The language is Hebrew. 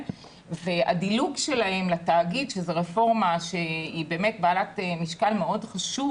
והדילוג שלהם לתאגיד שזו רפורמה שהיא באמת בעלת משקל מאוד חשוב